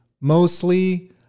mostly